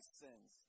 sins